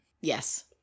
Yes